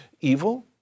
evil